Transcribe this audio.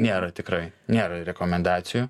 nėra tikrai nėra rekomendacijų